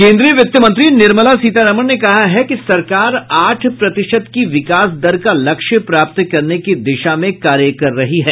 केन्द्रीय वित्तमंत्री निर्मला सीतारामन ने कहा है कि सरकार आठ प्रतिशत की विकास दर का लक्ष्य प्राप्त करने की दिशा में कार्य कर रही है